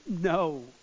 No